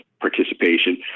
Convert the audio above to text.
participation